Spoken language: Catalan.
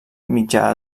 mitjà